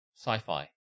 Sci-fi